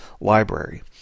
library